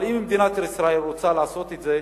אם מדינת ישראל רוצה לעשות את זה,